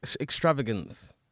extravagance